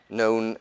known